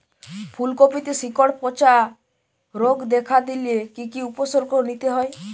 ফুলকপিতে শিকড় পচা রোগ দেখা দিলে কি কি উপসর্গ নিতে হয়?